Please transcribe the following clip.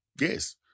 Yes